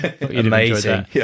amazing